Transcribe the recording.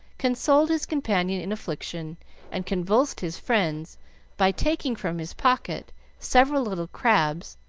consoled his companion in affliction and convulsed his friends by taking from his pocket several little crabs,